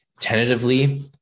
Tentatively